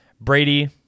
Brady